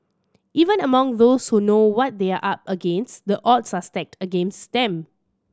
even among those who know what they are up against the odds are stacked against them